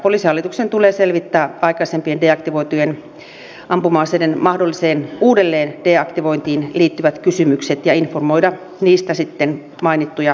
poliisihallituksen tulee selvittää aikaisempien deaktivoitujen ampuma aseiden mahdolliseen uudelleen deaktivointiin liittyvät kysymykset ja informoida niistä sitten mainittuja tahoja